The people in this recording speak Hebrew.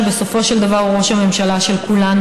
שבסופו של דבר הוא ראש הממשלה של כולנו,